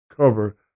cover